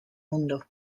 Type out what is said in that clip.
mundo